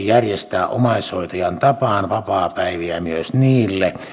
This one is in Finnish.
järjestää omaishoitajan tapaan vapaapäiviä myös niille